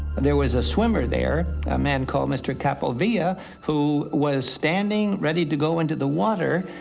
there was a swimmer there, a man called mr. kapovia, who was standing ready to go into the water.